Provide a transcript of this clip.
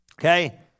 Okay